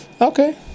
Okay